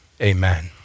Amen